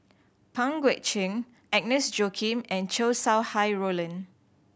Pang Guek Cheng Agnes Joaquim and Chow Sau Hai Roland